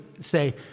say